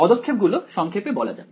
পদক্ষেপ গুলো সংক্ষেপে বলা যাক